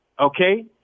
okay